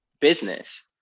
business